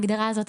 ההגדרה הזאת,